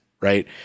right